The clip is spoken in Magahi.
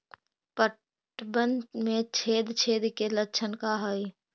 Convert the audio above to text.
पतबन में छेद छेद के लक्षण का हइ?